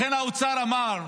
לכן האוצר אמר: